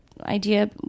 idea